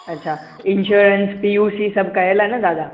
अच्छा insurance P U C सभु कयल आहे न दादा